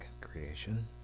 creation